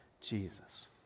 Jesus